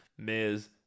Miz